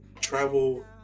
travel